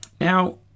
Now